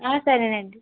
సరేనండి